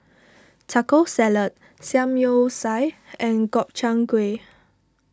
Taco Salad Samgyeopsal and Gobchang Gui